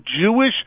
Jewish